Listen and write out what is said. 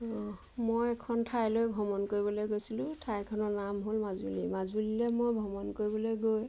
মই এখন ঠাইলৈ ভ্ৰমণ কৰিবলৈ গৈছিলোঁ ঠাইখনৰ নাম হ'ল মাজুলী মাজুলীলৈ মই ভ্ৰমণ কৰিবলৈ গৈ